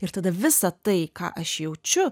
ir tada visa tai ką aš jaučiu